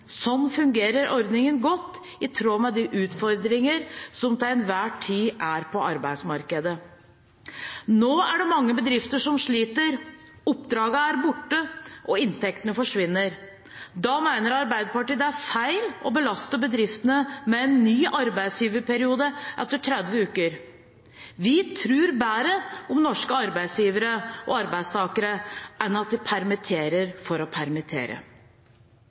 Sånn fungerer ordningen godt, i tråd med de utfordringer som til enhver tid er på arbeidsmarkedet. Nå er det mange bedrifter som sliter. Oppdragene er borte, og inntektene forsvinner. Da mener Arbeiderpartiet det er feil å belaste bedriftene med en ny arbeidsgiverperiode etter 30 uker. Vi tror bedre om norske arbeidsgivere og arbeidstakere enn at de permitterer for å permittere.